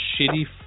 shitty